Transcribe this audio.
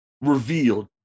Revealed